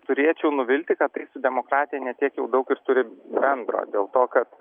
turėčiau nuvilti kad tai su demokratija ne tiek jau daug ir turi bendro dėl to kad